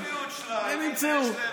הם ימצאו.